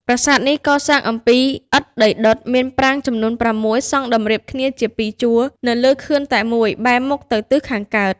ប្រាសាទនេះកសាងអំពី ឥដ្ឋដីដុត មានប្រាង្គចំនួន ៦ សង់តម្រៀបគ្នាជាពីរជួរ នៅលើខឿនតែមួយ បែរមុខទៅទិសខាងកើត។